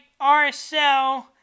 RSL